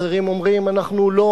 אחרים אומרים: אנחנו לא